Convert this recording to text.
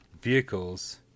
Vehicles